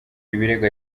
ibirego